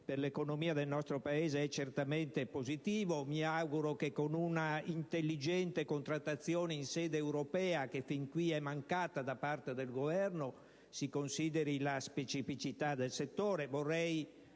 per l'economia del nostro Paese, che è un fatto certamente positivo. Mi auguro che, con una intelligente contrattazione in sede europea, fino a questo momento mancata da parte del Governo, si consideri la specificità del settore.